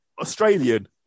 Australian